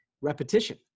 repetition